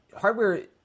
hardware